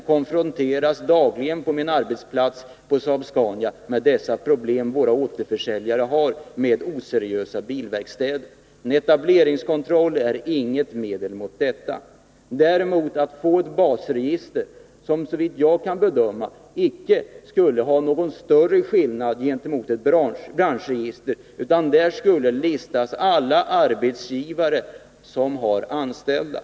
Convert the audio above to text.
Jag konfronteras dagligen på min arbetsplats på Saab-Scania med de problem våra återförsäljare har med oseriösa bilverkstäder. Men en etableringskontroll är inget medel mot detta. Ett basregister skulle, så vitt jag kan bedöma, icke innebära någon större skillnad gentemot ett branschregister. Där skulle man kunna lista alla arbetsgivare som har anställda.